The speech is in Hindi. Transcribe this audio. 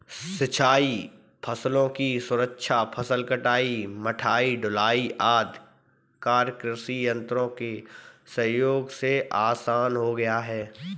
सिंचाई फसलों की सुरक्षा, फसल कटाई, मढ़ाई, ढुलाई आदि कार्य कृषि यन्त्रों के सहयोग से आसान हो गया है